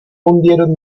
hundieron